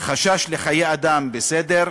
חשש לחיי אדם, בסדר,